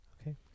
Okay